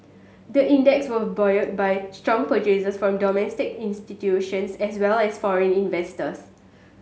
the index was buoyed by strong purchases from domestic institutions as well as foreign investors